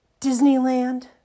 Disneyland